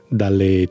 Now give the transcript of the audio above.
dalle